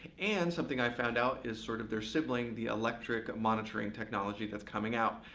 and something i found out is sort of their sibling, the electric monitoring technology that's coming out.